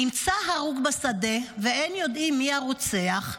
נמצא הרוג בשדה, ואין יודעים מי הרוצח,